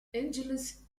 angelus